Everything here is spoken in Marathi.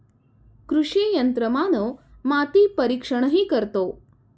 कृषी यंत्रमानव माती परीक्षणही करतो